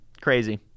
Crazy